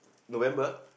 November